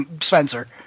Spencer